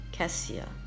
cassia